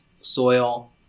soil